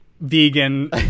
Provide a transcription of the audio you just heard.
vegan